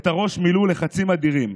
את הראש מילאו לחצים אדירים.